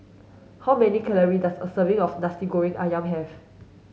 how many calories does a serving of Nasi Goreng Ayam have